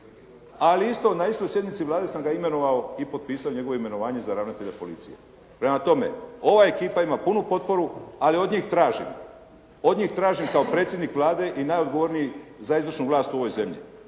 ali na istoj sjednici Vlade sam ga imenovao i potpisao njegovo imenovanje za ravnatelja policije. Prema tome, ova ekipa ima punu potporu, ali od njih tražim kao predsjednik Vlade i najodgovornijih za izvršnu vlast u ovoj zemlji,